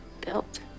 built